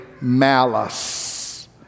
malice